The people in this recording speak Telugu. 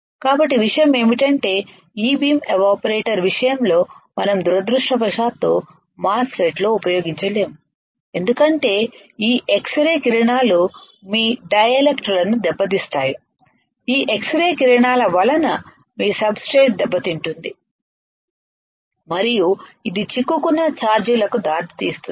కాబట్టి విషయం ఏమిటంటే ఇ బీమ్ ఎవాపరేటర్ విషయంలో మనం దురదృష్టవశాత్తు మాస్ ఫెట్ లో ఉపయోగించలేము ఎందుకంటే ఈ ఎక్స్రే కిరణాలు మీ డైఎలెక్ట్రిక్ లను దెబ్బతీస్తాయి ఈ ఎక్స్రే కిరణాల వలన మీ సబ్ స్ట్రేట్ దెబ్బతింటుంది మరియు ఇది చిక్కుకున్న ఛార్జ్ లకు దారితీస్తుంది